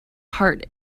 heart